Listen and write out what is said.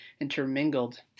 intermingled